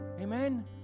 Amen